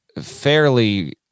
fairly